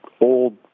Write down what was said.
old